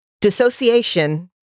Dissociation